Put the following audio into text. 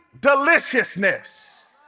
deliciousness